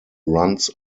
runs